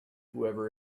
whoever